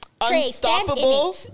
Unstoppable